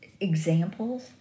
examples